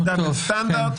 שהם double standard,